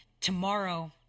tomorrow